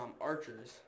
Archers